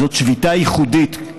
זו שביתה ייחודית,